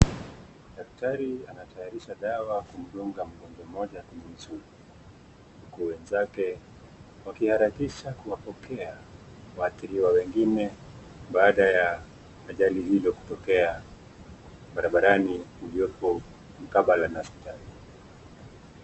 Daktari anatayarisha dawa kumdunga mgonjwa mmoja kwenye misuli huku wenzake wakiharakisha kuwapokea waathiriwa wengine baadae ya ajali hilo kutokea kwa barabarani iliyoko mkabala na hospitali.